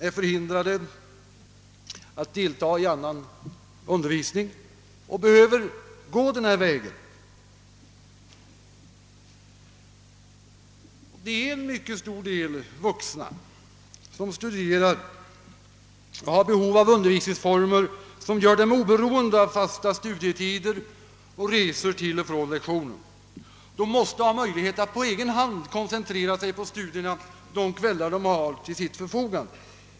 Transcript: — är förhindrade att delta i annan undervisning och därför behöver välja denna väg. Det är i mycket stor utsträckning sådana vuxenstuderande som behöver undervisningsformer, som gör dem oberoende av fasta studietider och resor till och från lektionerna. De måste ha möjlighet att på egen hand koncentrera sig på studierna de kvällar de har till sitt förfogande.